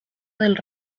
del